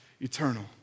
eternal